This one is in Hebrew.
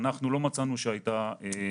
אנחנו לא מצאנו שהייתה תקלה.